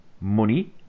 money